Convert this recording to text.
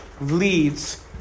leads